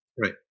Right